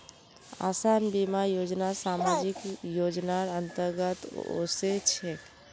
आसान बीमा योजना सामाजिक योजनार अंतर्गत ओसे छेक